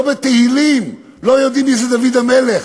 לא בתהילים, לא יודעים מי זה דוד המלך.